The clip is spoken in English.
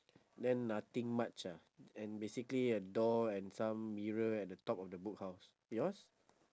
then nothing much ah and basically a door and some mirror at the top of the book house yours